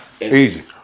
easy